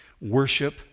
Worship